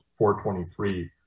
423